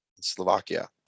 slovakia